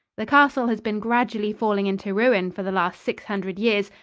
the castle has been gradually falling into ruin for the last six hundred years,